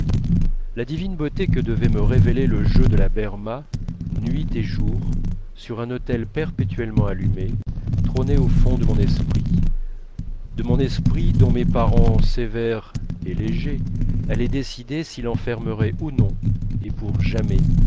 la divine beauté que devait me révéler le jeu de la berma nuit et jour sur un autel perpétuellement allumé trônait au fond de mon esprit de mon esprit dont mes parents sévères et légers allaient décider s'il enfermerait ou non et pour jamais